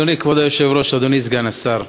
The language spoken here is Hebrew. אדוני כבוד היושב-ראש, אדוני סגן השר,